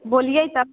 बोलियै तब